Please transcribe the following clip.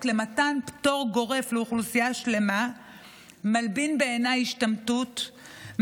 למתן פטור גורף לאוכלוסייה שלמה מלבין בעיניי השתמטות,